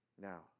Now